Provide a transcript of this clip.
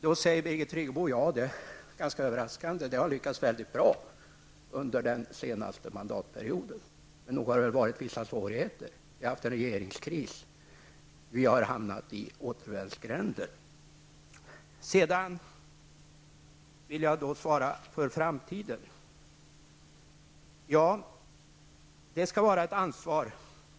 Då säger Birgit Friggebo, det är ganska överraskande, att det har lyckats mycket bra under den senaste mandatperioden. Men nog har det varit vissa svårigheter. Vi har haft regeringskris. Vi har hamnat i återvändsgränder. När det gäller framtiden vill jag svara att det skall vara ett ansvar.